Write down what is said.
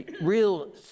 Real